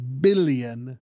billion